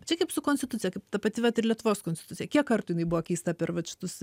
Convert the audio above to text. čia kaip su konstitucija kaip ta pati vat ir lietuvos konstitucija kiek kartų jinai buvo keista per vat šitus